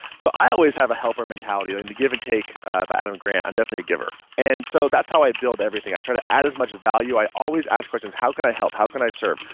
so i always have a helper mentality and in the give and take by adam grant, i'm definitely a giver. and so that's how i build everything. i try to add as much value. i always ask questions. how can i help? how can i serve?